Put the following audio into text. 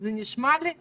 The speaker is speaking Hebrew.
זה נשמע לי תמוה.